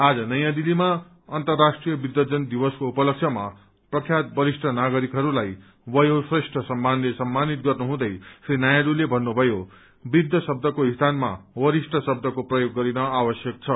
आज नयाँ दिल्लीमा अन्तर्राष्ट्रीय वृद्धजन दिवसको उपलक्ष्यमा प्रख्यात वरिष्ठ नागरिकहरूलाई बयोश्रेष्ठ सम्मानले सम्मानित गर्नुहुँदै श्री नाइडूले भन्नुभयो वृद्ध शब्दको स्थानमा वरिष्ठ शब्दको प्रयोग गरिन आवश्यक छ